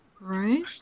Right